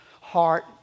heart